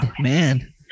man